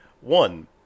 one